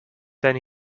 then